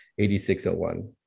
8601